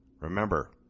Remember